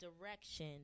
direction